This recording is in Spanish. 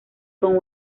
con